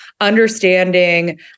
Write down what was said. Understanding